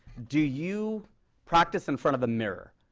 do you practice in front of a mirror.